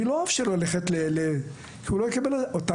אני לא אאפשר לו ללכת, אתה רוצה?